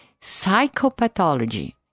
psychopathology